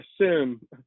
assume